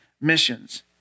missions